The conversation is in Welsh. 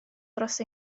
dros